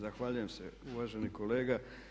Zahvaljujem se uvaženi kolega.